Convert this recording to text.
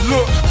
Look